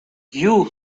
you